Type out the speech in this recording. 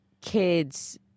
kids